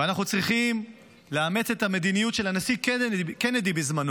ואנחנו צריכים לאמץ את המדיניות של הנשיא קנדי בזמנו,